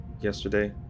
yesterday